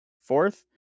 Fourth